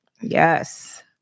Yes